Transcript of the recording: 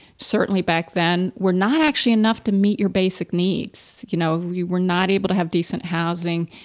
certainly back then, were not actually enough to meet your basic needs, you know, you were not able to have decent housing,